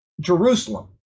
Jerusalem